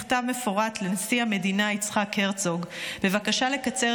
מכתב מפורט לנשיא המדינה יצחק הרצוג בבקשה לקצר